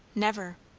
never.